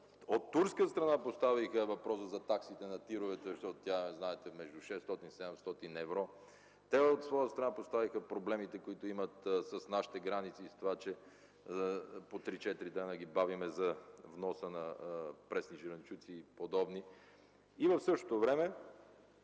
От турска страна поставиха въпроса за таксата на ТИР-овете, защото тя, знаете, е между 600-700 евро. Те от своя страна поставиха проблемите, които имат с нашите граници и с това че по три-четири дни ги бавим за вноса на пресни зеленчуци и подобни. В същото време